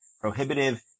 prohibitive